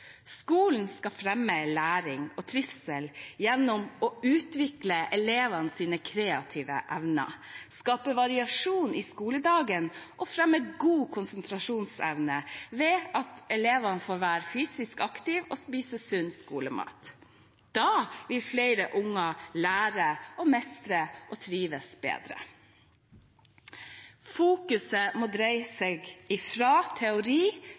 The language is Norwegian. Skolen skal fremme læring og trivsel gjennom å utvikle elevenes kreative evner, skape variasjon i skoledagen og fremme god konsentrasjonsevne ved at elevene får være fysisk aktive og spise sunn skolemat. Da vil flere unger lære, mestre og trives bedre. Fokuset må dreies fra teori